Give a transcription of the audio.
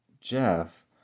Jeff